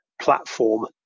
platform